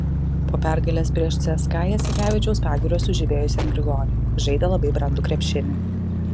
po pergalės prieš cska jasikevičiaus pagyros sužibėjusiam grigoniui žaidė labai brandų krepšinį